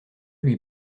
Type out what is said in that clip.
lui